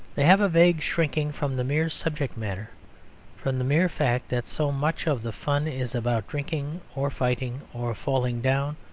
they have a vague shrinking from the mere subject matter from the mere fact that so much of the fun is about drinking or fighting, or falling down,